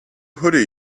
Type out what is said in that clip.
hoodie